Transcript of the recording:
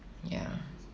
ya